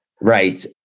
Right